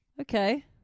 Okay